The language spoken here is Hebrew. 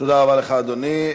תודה רבה לך, אדוני.